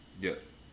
Yes